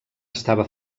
estava